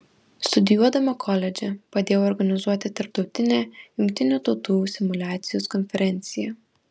studijuodama koledže padėjau organizuoti tarptautinę jungtinių tautų simuliacijos konferenciją